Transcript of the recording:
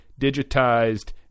digitized